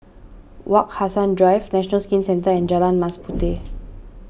Wak Hassan Drive National Skin Centre Jalan Mas Puteh